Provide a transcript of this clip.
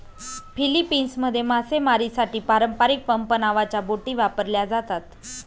फिलीपिन्समध्ये मासेमारीसाठी पारंपारिक पंप नावाच्या बोटी वापरल्या जातात